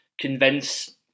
convince